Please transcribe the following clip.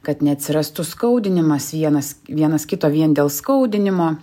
kad neatsirastų skaudinimas vienas vienas kito vien dėl skaudinimo